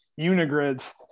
unigrids